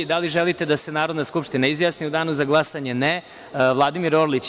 Da li želite da se Narodna skupština izjasni u danu za glasanje? (Ne) Reč ima Vladimir Orlić.